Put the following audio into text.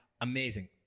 Amazing